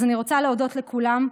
אז אני רוצה להודות לכולם,